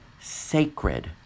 sacred